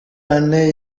ane